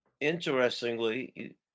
interestingly